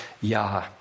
Yah